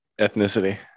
ethnicity